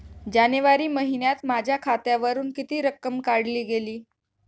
जानेवारी महिन्यात माझ्या खात्यावरुन किती रक्कम काढली गेली?